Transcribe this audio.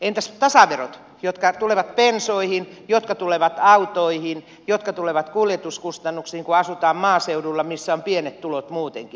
entäs tasaverot jotka tulevat bensoihin jotka tulevat autoihin jotka tulevat kuljetuskustannuksiin kun asutaan maaseudulla missä on pienet tulot muutenkin